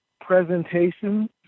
presentation